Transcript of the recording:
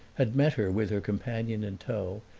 had met her with her companion in tow,